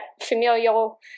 familial